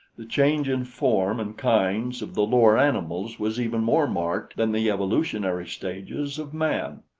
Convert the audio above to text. the change in form and kinds of the lower animals was even more marked than the evolutionary stages of man.